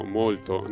molto